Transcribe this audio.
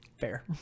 fair